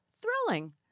thrilling